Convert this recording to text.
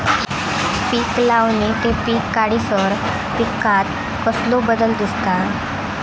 पीक लावणी ते पीक काढीसर पिकांत कसलो बदल दिसता?